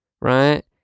...right